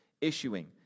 issuing